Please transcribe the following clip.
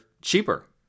Cheaper